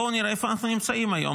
בואו נראה איפה אנחנו נמצאים היום?